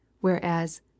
whereas